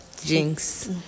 jinx